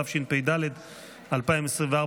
התשפ"ד 2024,